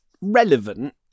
relevant